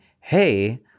hey